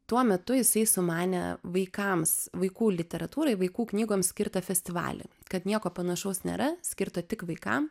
tuo metu jisai sumanė vaikams vaikų literatūrai vaikų knygoms skirtą festivalį kad nieko panašaus nėra skirto tik vaikam